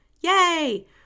Yay